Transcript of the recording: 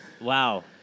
Wow